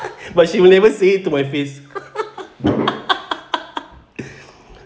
but she will never say it to my face